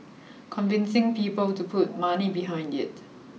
convincing people to put money behind it